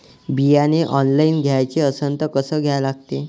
बियाने ऑनलाइन घ्याचे असन त कसं घ्या लागते?